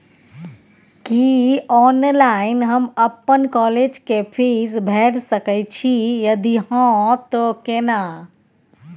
की online हम अपन college के फीस भैर सके छि यदि हाँ त केना?